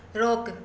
रोकु